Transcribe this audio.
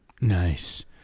nice